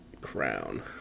crown